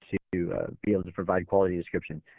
so to be able to provide quality description.